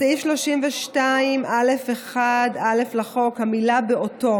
בסעיף 32(א)(1)(א) לחוק, המילה "באותו"